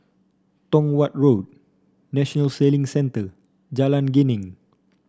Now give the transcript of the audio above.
Tong Watt Road National Sailing Centre Jalan Geneng